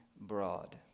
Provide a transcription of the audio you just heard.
broad